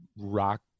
Rock